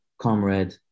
Comrade